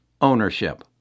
ownership